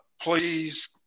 Please